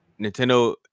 nintendo